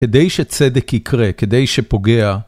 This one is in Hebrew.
כדי שצדק יקרה, כדי שפוגע.